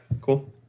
cool